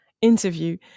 interview